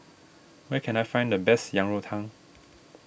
where can I find the best Yang Rou Tang